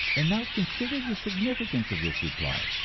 and now consider the significance of this reply.